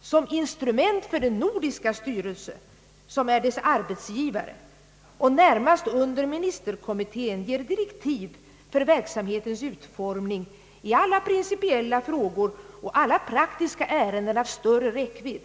som instrument för den nordiska styrelse, som är dess arbetsgivare och närmast under ministerkommittén ger direktiv för verksamhetens utformning i alla principiella frågor och alla praktiska ärenden av större räckvidd.